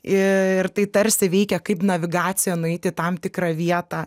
ir tai tarsi veikia kaip navigacija nueiti į tam tikrą vietą